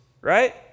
right